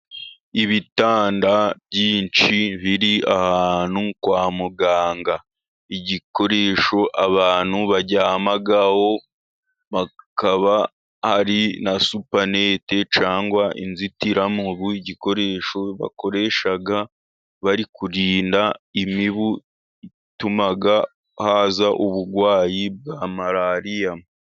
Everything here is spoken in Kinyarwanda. Ibitanda byinshi biri ahantu kwa muganga. Igikoresho abantu baryamaho. Hakaba hari na supanete cyangwa inzitiramibu. Igikoresho bakoresha bari kurinda imibu yatuma haza uburwayi bwa malariya.